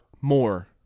more